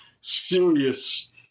serious